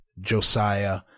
Josiah